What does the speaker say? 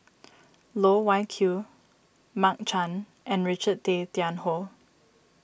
Loh Wai Kiew Mark Chan and Richard Tay Tian Hoe